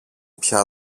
πια